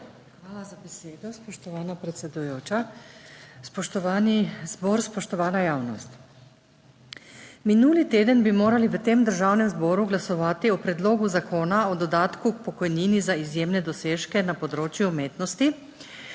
Hvala za besedo. Spoštovana predsedujoča, spoštovani zbor, spoštovana javnost! Minuli teden bi morali v tem Državnem zboru glasovati o Predlogu zakona o dodatku k pokojnini za izjemne dosežke na področju umetnosti,